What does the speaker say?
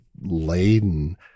laden